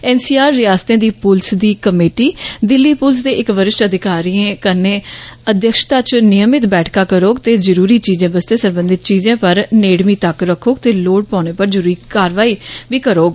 NCR रियास्तें दी पुलस दी कमेटी दिल्ली पुलस दे इक वरिष्ठ अधिकारें उन्दी अध्यक्षता च नियमित बैठका करोग ते जरूरी चीजें बस्तें सरबंधित चीजें पर नेड़मी तक रखोग ते लोड़ पौने पर जरूरी कारवाई बी करोग